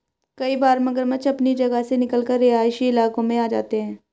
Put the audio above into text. कई बार मगरमच्छ अपनी जगह से निकलकर रिहायशी इलाकों में आ जाते हैं